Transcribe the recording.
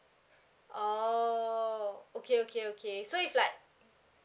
orh okay okay okay so it's like